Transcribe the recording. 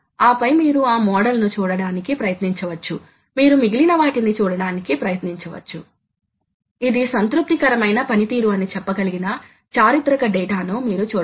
కాబట్టి ఇవి closed loop drive కాన్ఫిగరేషన్లు ఇవి సాధారణంగా ఈ యంత్రాల కోసం అమలు చేయబడతాయి